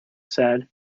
said